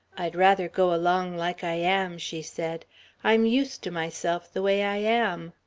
i'd rather go along like i am, she said i'm used to myself the way i am.